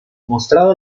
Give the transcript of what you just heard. mostrado